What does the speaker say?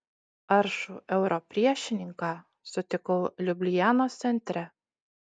aršų euro priešininką sutikau liublianos centre